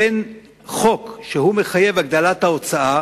בין חוק שמחייב הגדלת ההוצאה,